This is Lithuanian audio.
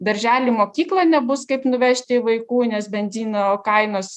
darželį mokyklą nebus kaip nuvežti vaikų nes benzino kainos